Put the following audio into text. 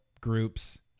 groups